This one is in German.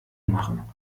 machen